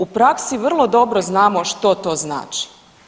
U praksi vrlo dobro znamo što to znači.